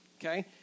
okay